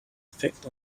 effect